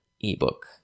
ebook